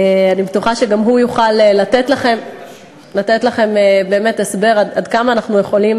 אני בטוחה שגם הוא יוכל לתת לכם הסבר עד כמה אנחנו יכולים